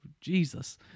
Jesus